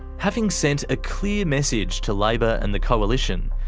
having sent a clear message to labor and the coalition,